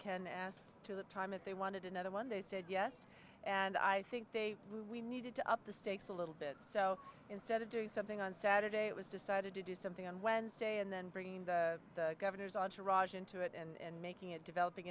can asked to the time that they wanted another one they said yes and i think they really needed to up the stakes a little bit so instead of doing something on saturday it was decided to do something on wednesday and then bringing the governor's entourage into it and making it developing